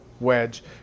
wedge